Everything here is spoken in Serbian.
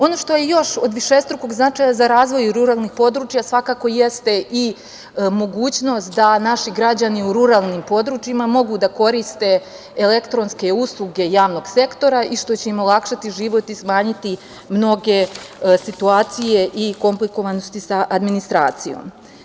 Ono što je od višestrukog značaja za razvoj ruralnih područja svakako jeste i mogućnost da naši građani u ruralnim područjima mogu da koriste elektronske ustupke javnog sektora i što će im olakšati život i smanjiti mnoge situacije i komplikovanosti sa administracijom.